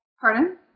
Pardon